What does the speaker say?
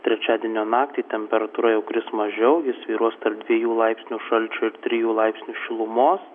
trečiadienio naktį temperatūra jau kris mažiau ji svyruos tarp dviejų laipsnių šalčio trijų laipsnių šilumos